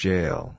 Jail